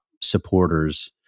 supporters